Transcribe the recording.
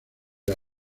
del